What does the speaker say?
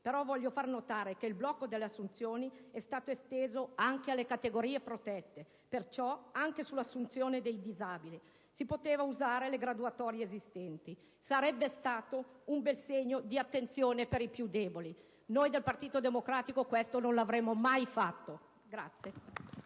però voglio far notare che questo è stato esteso anche alle categorie protette, perciò anche ai disabili; si potevano usare le graduatorie esistenti, sarebbe stato un bel segno di attenzione per i più deboli. Noi del Partito Democaticio questo non lo avremmo mai fatto.